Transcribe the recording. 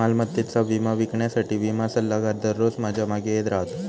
मालमत्तेचा विमा विकण्यासाठी विमा सल्लागार दररोज माझ्या मागे येत राहतो